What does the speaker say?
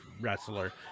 wrestler